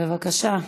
בבקשה.